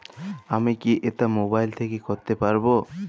আমি কি এটা মোবাইল থেকে করতে পারবো?